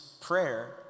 prayer